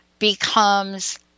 becomes